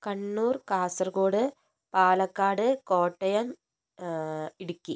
Kannur Kasaragod Palakkad Kottayam Idukki